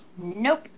Nope